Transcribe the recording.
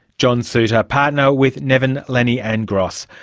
john suta, partner with nevin lenne and gross.